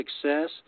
success